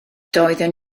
doedden